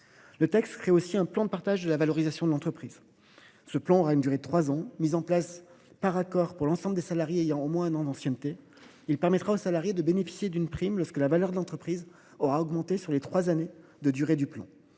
Ce texte crée aussi un plan de partage de la valorisation de l’entreprise. Ce plan d’une durée de trois ans, mis en place par accord pour l’ensemble des salariés ayant au moins un an d’ancienneté, permet aux salariés de bénéficier d’une prime lorsque la valeur de l’entreprise a augmenté au cours des trois années de durée du plan.